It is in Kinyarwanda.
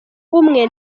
umwe